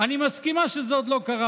"אני מסכימה שזה עוד לא קרה,